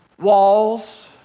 walls